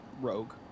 Rogue